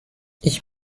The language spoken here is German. ich